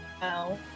Wow